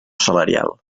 salarial